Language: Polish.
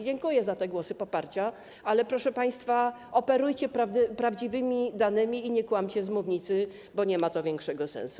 Dziękuję za głosy poparcia, ale, proszę państwa, operujcie prawdziwymi danymi i nie kłamcie z mównicy, bo nie ma to większego sensu.